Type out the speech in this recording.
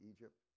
Egypt